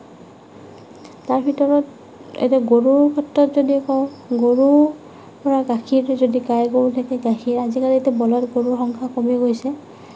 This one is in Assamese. তাৰ ভিতৰত এতিয়া গৰুৰ ক্ষেত্ৰত যদি কওঁ গৰুৰ পৰা গাখীৰটো যদি গায় গৰু থাকে গাখীৰ আজিকালিতো বলদ গৰুৰ সংখ্যা কমি গৈছে